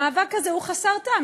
המאבק הזה הוא חסר טעם,